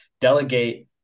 delegate